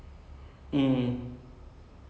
like and like err